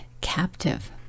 captive